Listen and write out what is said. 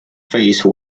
face